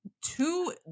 two